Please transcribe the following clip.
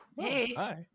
hi